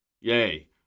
yay